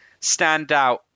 standout